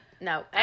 no